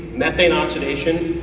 mathane oxidation,